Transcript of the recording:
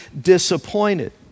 disappointed